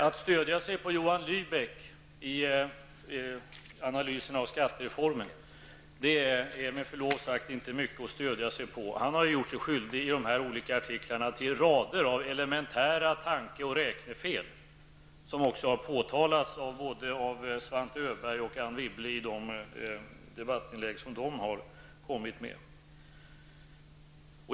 Att i sin analys av skattereformen stödja sig på Johan Lybeck är med förlov sagt inte mycket att stödja sig på. Han har i dessa olika artiklar gjort sig skyldig till rader av elementära tanke och räknefel, som också har påtalats både av Svante Öberg och Anne Wibble i de debattinlägg som de har kommit med.